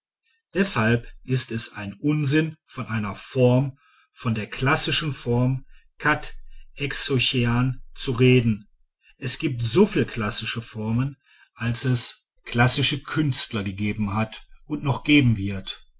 deshalb ist es ein unsinn von einer form von der klassischen form zu reden es gibt soviel klassische formen als es klassische künstler gegeben hat und noch geben wird